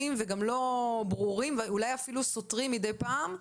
וגם לא ברורים ואולי אפילו סותרים מידי פעם.